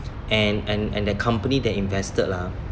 and and and the company they invested ah